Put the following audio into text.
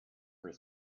her